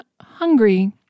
hungry